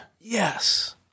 Yes